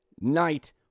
night